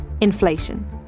inflation